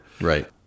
right